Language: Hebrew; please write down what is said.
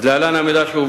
אז להלן המידע,